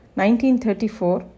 1934